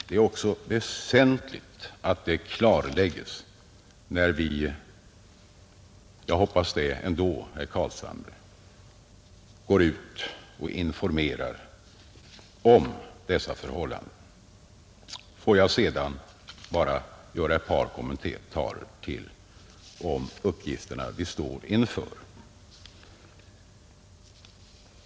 Det är också väsentligt att det klarläggs när vi alla — jag hoppas det ändå, herr Carlshamre — går ut och informerar om dessa förhållanden. Får jag sedan bara göra ett par kommentarer till om de uppgifter vi står inför.